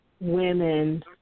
women